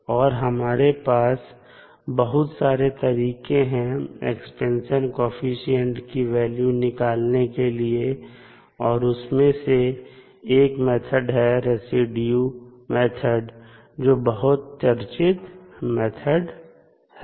और हमारे पास बहुत सारे तरीके हैं एक्सपेंशन कॉएफिशिएंट की वैल्यू निकालने के लिए और उसमें से एक मेथड है रेसिड्यू मेथड जो बहुत चर्चित मेथड है